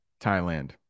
Thailand